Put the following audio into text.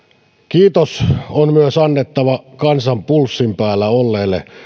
kiitos on myös annettava kansan pulssin päällä olleelle